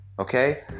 Okay